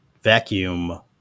vacuum